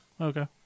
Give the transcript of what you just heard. okay